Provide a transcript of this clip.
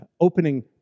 opening